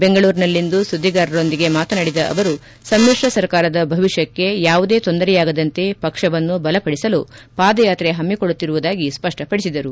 ಬೆಂಗಳೂರಿನಲ್ಲಿಂದು ಸುದ್ದಿಗಾರರೊಂದಿಗೆ ಮಾತನಾಡಿದ ಅವರು ಸಮಿಶ್ರ ಸರ್ಕಾರದ ಭವಿಷ್ಕಕ್ಕೆ ಯಾವುದೇ ತೊಂದರೆಯಾಗದಂತೆ ಪಕ್ಷವನ್ನು ಬಲ ಪಡಿಸಲು ಪಾದಯಾತ್ರೆ ಪಮ್ಮಿಕೊಳ್ಳುತ್ತಿರುವುದಾಗಿ ಸ್ಪಷ್ಟ ಪಡಿಸಿದರು